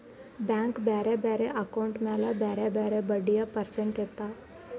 bank ಬ್ಯಾರೆ ಬ್ಯಾರೆ account ಮ್ಯಾಲ ಬ್ಯಾರೆ ಬ್ಯಾರೆ ಬಡ್ಡಿದು ಪರ್ಸೆಂಟ್ ಇರ್ತಾವ್